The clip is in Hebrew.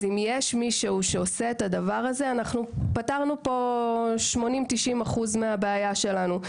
אם יהיה מישהו שיעשה את הדבר הזה פתרנו פה 80%-90% מהבעיה שלנו.